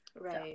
Right